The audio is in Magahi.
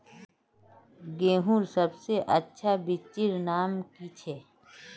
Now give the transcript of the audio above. गेहूँर सबसे अच्छा बिच्चीर नाम की छे?